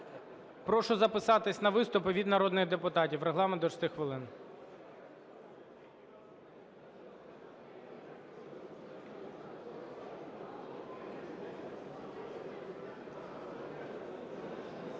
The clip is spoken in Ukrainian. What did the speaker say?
Прошу записатись на виступи від народних депутатів. Регламент – до 6 хвилин.